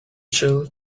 chill